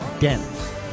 dense